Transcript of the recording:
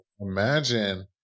imagine